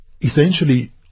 essentially